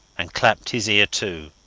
and clapped his ear to.